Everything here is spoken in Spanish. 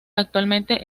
actualmente